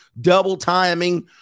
double-timing